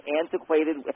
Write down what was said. antiquated